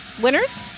winners